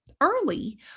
early